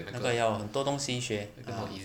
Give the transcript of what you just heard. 那个要很多东西学 ah